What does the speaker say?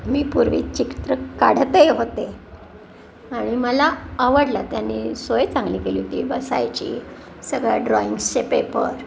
मी पूर्वी चित्रं काढतही होते आणि मला आवडला त्याने सोय चांगली केली होती बसायची सगळ्या ड्रॉइंग्सचे पेपर